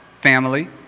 family